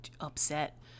upset